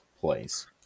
place